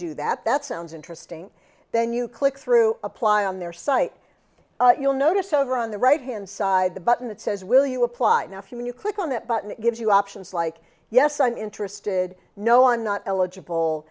do that that sounds interesting then you click through apply on their site you'll notice over on the right hand side the button that says will you apply now if you when you click on that button it gives you options like yes i'm interested no i'm not eligible